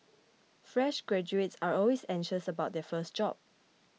fresh graduates are always anxious about their first job